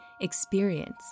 experience